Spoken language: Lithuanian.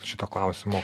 šito klausimo